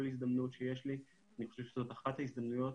הזדמנות שיש לי אני חושב שזאת אחת ההזדמנויות